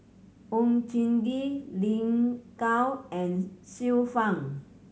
Oon Jin Gee Lin Gao and Xiu Fang